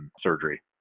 surgery